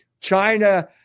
China